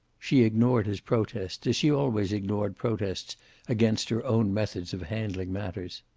she ignored his protest, as she always ignored protests against her own methods of handling matters.